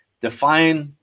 define